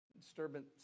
disturbance